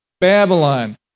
Babylon